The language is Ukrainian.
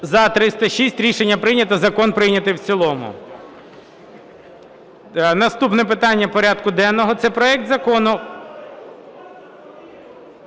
За-306 Рішення прийнято. Закон прийнятий в цілому. Наступне питання порядку денного – це проект Закону...